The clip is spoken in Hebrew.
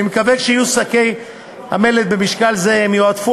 אני מקווה שכשיהיו בשוק שקי מלט במשקל זה הם יועדפו